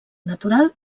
natural